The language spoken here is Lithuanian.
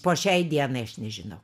po šiai dienai aš nežinau